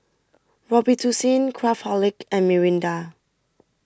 Robitussin Craftholic and Mirinda